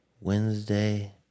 Wednesday